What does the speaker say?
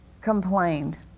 complained